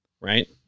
Right